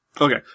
Okay